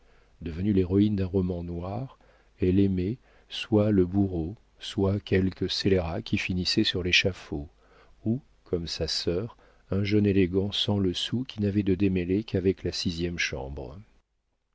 devenue l'héroïne d'un roman noir elle aimait soit le bourreau soit quelque scélérat qui finissait sur l'échafaud ou comme sa sœur un jeune élégant sans le sou qui n'avait de démêlés qu'avec la sixième chambre